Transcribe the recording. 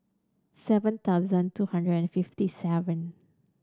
seven thousand two hundred and fifty seven